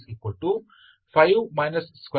4